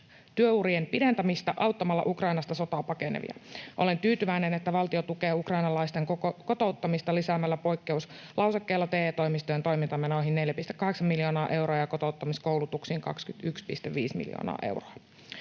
työurien pidentämistä, auttamalla Ukrainasta sotaa pakenevia. Olen tyytyväinen, että valtio tukee ukrainalaisten kotouttamista lisäämällä poikkeuslausekkeella TE-toimistojen toimintamenoihin 4,8 miljoonaa euroa ja kotouttamiskoulutuksiin 21,5 miljoonaa euroa.